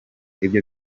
ibi